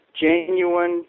genuine